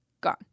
gone